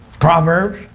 Proverbs